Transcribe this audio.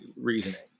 reasoning